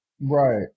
right